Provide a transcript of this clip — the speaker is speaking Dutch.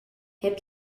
heb